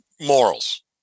morals